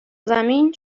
زمین